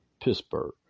Pittsburgh